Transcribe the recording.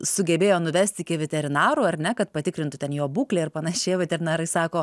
sugebėjo nuvesti iki veterinarų ar ne kad patikrintų ten jo būklę ir panašiai o veterinarai sako